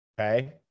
okay